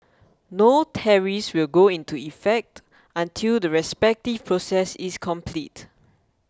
no tariffs will go into effect until the respective process is complete